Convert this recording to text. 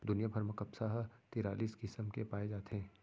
दुनिया भर म कपसा ह तिरालिस किसम के पाए जाथे